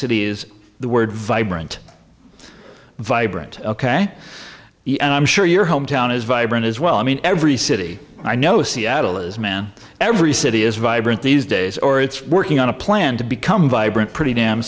city is the word vibrant vibrant ok and i'm sure your hometown is vibrant as well i mean every city i know seattle is man every city is vibrant these days or it's working on a plan to become vibrant pretty damn